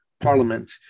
Parliament